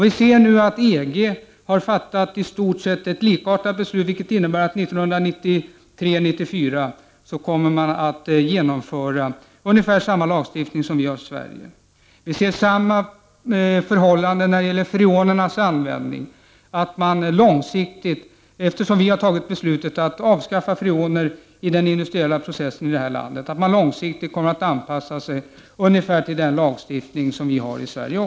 Vi ser nu att EG har fattat i stort sett ett likartat beslut, vilket innebär att man där 1993-1994 kommer att införa ungefär samma lagstiftning som vi har i Sverige. Vi ser samma förhållande när det gäller användningen av freoner. Vi har tagit beslut om att avskaffa användningen av freoner i den industriella pro cessen, och andra länder kommer långsiktigt att anpassa sig till den lagstift Prot. 1989/90:45 ning som vi har i Sverige.